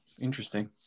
Interesting